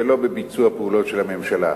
ולא בביצוע פעולות של הממשלה.